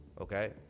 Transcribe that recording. okay